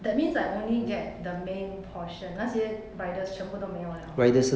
that means I only get the main portion 那些 riders 全部都没有了啊